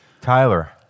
Tyler